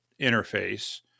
interface